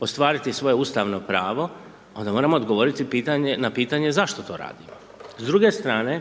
ostvariti svoje ustavno pravo, onda moramo odgovoriti na pitanje zašto to radimo? S druge strane,